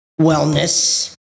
wellness